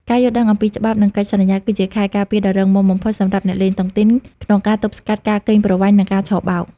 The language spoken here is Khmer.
ការយល់ដឹងអំពីច្បាប់ និងកិច្ចសន្យា គឺជាខែលការពារដ៏រឹងមាំបំផុតសម្រាប់អ្នកលេងតុងទីន ក្នុងការទប់ស្កាត់ការកេងប្រវ័ញ្ច និងការឆបោក។